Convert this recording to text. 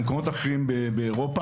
משלחות למקומות אחרים באירופה.